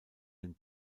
den